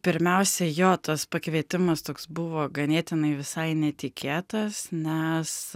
pirmiausia jo tas pakvietimas toks buvo ganėtinai visai netikėtas nes